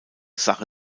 sache